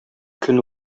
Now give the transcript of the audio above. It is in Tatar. көн